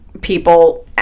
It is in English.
people-